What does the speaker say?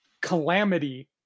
calamity